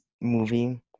movie